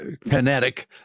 kinetic